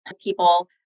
people